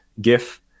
Gif